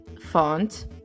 font